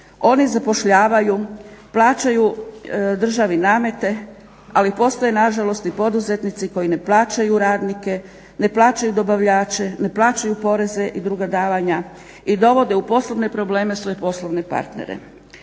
oni zapošljavaju, plaćaju državi namete, ali postoje nažalost i poduzetnici koji ne plaćaju radnike, ne plaćaju dobavljače, ne plaćaju poreze i druga davanja i dovode u poslovne probleme svoje poslovne partnere.